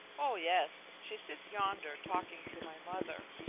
oh yes. she sits yonder talking to my mother.